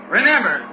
Remember